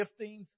giftings